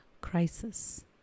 crisis